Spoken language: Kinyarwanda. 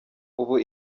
ubu